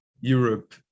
Europe